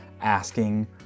asking